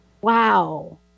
wow